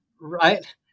right